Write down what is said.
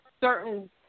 certain